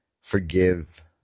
forgive